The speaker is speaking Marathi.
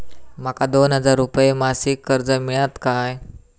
माका दोन हजार रुपये मासिक कर्ज मिळात काय?